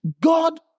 God